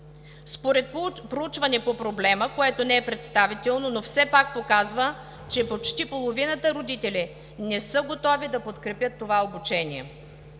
Според проучване по проблема, което не е представително, но все пак показва, че почти половината родители не са готови да подкрепят това обучение.